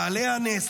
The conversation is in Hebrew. "בעלי הנס",